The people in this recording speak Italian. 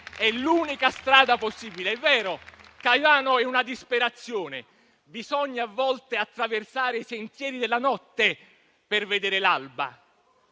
È l'unica strada possibile. È vero, Caivano è una disperazione, bisogna a volte attraversare i sentieri della notte per vedere l'alba.